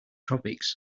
tropics